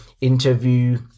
interview